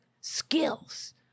skills